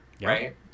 right